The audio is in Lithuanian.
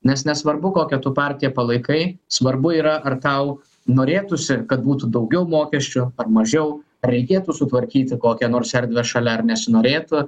nes nesvarbu kokią tu partiją palaikai svarbu yra ar tau norėtųsi kad būtų daugiau mokesčių ar mažiau ar reikėtų sutvarkyti kokią nors erdvę šalia ar nesinorėtų